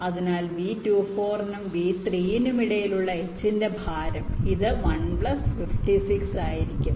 അതിനാൽ V24 നും V3 നും ഇടയിലുള്ള h ന്റെ ഭാരം ഇത് 1 56 ആയിരിക്കും